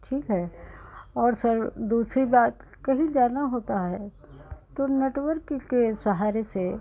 ठीक है और सर दूसरी बात कहीं जाना होता है तो नेटवर्क के सहारे से